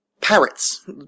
parrots